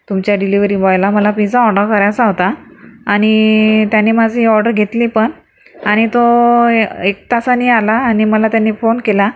तुमच्या डिलेव्हरी बॉयला मला पिझ्झा ऑर्डर करायचा होता आणि त्याने माझी ऑर्डर घेतली पण आणि तो ए एक तासाने आला आणि मला त्याने फोन केला